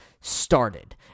started